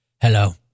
Hello